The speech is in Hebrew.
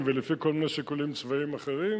ולפי כל מיני שיקולים צבאיים אחרים,